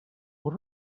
what